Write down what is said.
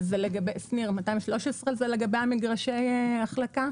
שניר, תקנה 213 זה לגבי מגרשי החלקה?